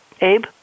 Abe